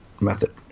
method